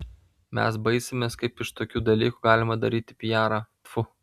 mes baisimės kaip iš tokių dalykų galima daryti pijarą tfu